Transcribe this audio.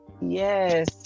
yes